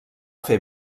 fer